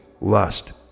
lust